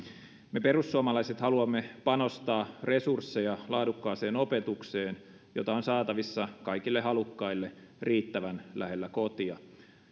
me perussuomalaiset haluamme panostaa resursseja laadukkaaseen opetukseen jota on saatavissa kaikille halukkaille riittävän lähellä kotia